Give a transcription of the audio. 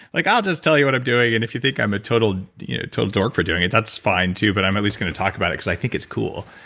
like i'll just tell you what i'm doing and if you think i'm a total total dork for doing it, that's fine too but i'm at least going to talk about it because i think it's cool.